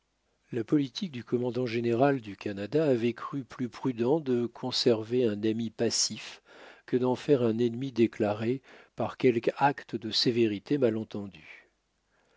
la politique du commandant général du canada avait cru plus prudent de conserver un ami passif que d'en faire un ennemi déclaré par quelque acte de sévérité mal